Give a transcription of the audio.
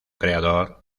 creador